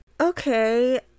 Okay